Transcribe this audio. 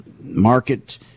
market